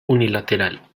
unilateral